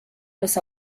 los